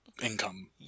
Income